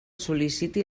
sol·liciti